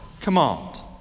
command